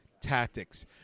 tactics